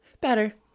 Better